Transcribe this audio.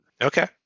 Okay